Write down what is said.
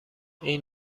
این